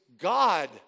God